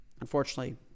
Unfortunately